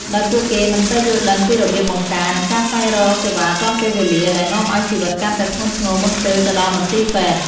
ដោយពួកគេមិនសូវយល់ដឹងពីរបៀបបង្ការ និងការស្វែងរកសេវាទាន់ពេលវេលា ដែលនាំឱ្យជំងឺកាន់តែធ្ងន់ធ្ងរមុនពេលទៅដល់មន្ទីរពេទ្យ។